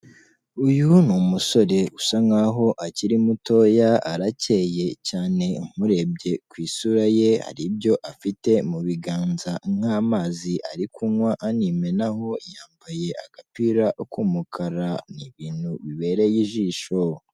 Uyu ni umusore usa nk'aho akiri mutoya, arakeye cyane umurebye ku isura ye, hari ibyo afite mu biganza nk'amazi ari kunywa animenaho, yambaye agapira k'umukara. Ni ibintu bibereye ijisho.